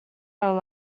our